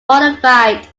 modified